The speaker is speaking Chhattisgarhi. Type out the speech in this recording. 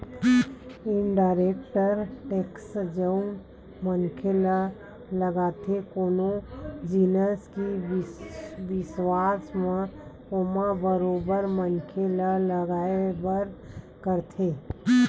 इनडायरेक्ट टेक्स जउन मनखे ल लगथे कोनो जिनिस के बिसावत म ओमा बरोबर मनखे ल लगबे करथे